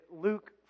Luke